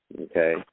okay